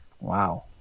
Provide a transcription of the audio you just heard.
wow